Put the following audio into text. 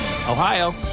Ohio